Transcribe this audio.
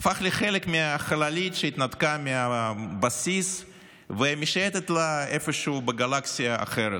הוא הפך לחלק מהחללית שהתנתקה מהבסיס ומשייטת לה איפשהו בגלקסיה אחרת.